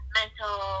mental